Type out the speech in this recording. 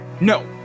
No